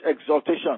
exaltation